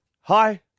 Hi